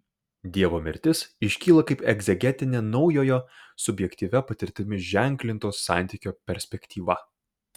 dievo mirtis iškyla kaip egzegetinė naujojo subjektyvia patirtimi ženklinto santykio perspektyva